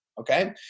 okay